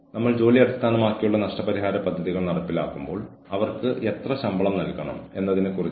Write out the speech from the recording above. നമ്മൾ അവരോട് എന്താണ് പ്രതീക്ഷിക്കുന്നതെന്നും എപ്പോഴാണ് അത് പ്രതീക്ഷിക്കുന്നതെന്നും പറയുന്നു